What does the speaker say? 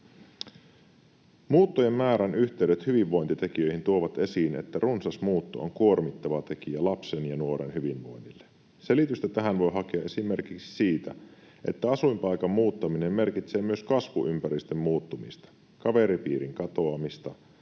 ”Muuttojen määrän yhteydet hyvinvointitekijöihin tuovat esiin, että runsas muutto on kuormittava tekijä lapsen ja nuoren hyvinvoinnille. Selitystä tähän voi hakea esimerkiksi siitä, että asuinpaikan muuttaminen merkitsee myös kasvuympäristön muuttumista, kaveripiirin katoamista,